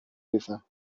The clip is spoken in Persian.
ریزم